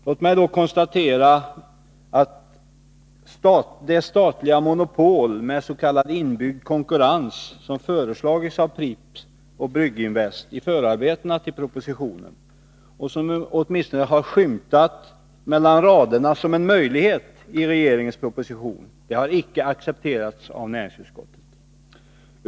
Låt mig då konstatera att det statliga monopol med s.k. inbyggd konkurrens som föreslagits av Pripps och Brygginvest i förarbetena till propositionen, och som åtminstone mellan raderna framskymtat som en möjlighet i regeringens proposition, inte har accepterats av näringsutskottet.